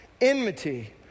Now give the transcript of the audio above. Enmity